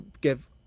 give